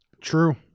True